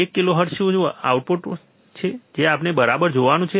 એક કિલોહર્ટ્ઝ શું આઉટપુટ છે જે આપણે બરાબર જોવાનું છે